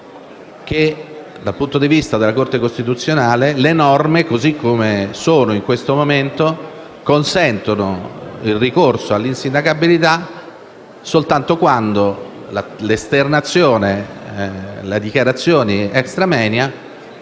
che, dal punto di vista della Corte costituzionale, le norme, così come sono in questo momento, consentono il ricorso all'insindacabilità soltanto quando le esternazioni, le dichiarazioni *extra moenia*,